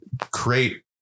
create